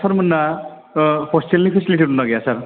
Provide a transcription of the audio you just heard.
सारमोनना ह'स्टेलनि फेसेलिटि दंना गैया सार